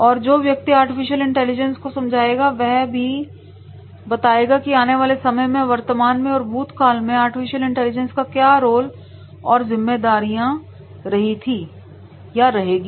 और जो व्यक्ति आर्टिफिशियल इंटेलिजेंस को समझाएगा है यह भी बताएगा कि आने वाले समय में वर्तमान में और भूतकाल में आर्टिफिशियल इंटेलिजेंस का क्या रोल और जिम्मेदारियां रही थी और रहेगी